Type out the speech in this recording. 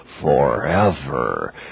forever